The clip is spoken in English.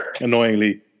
Annoyingly